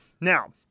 Now